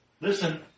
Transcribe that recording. Listen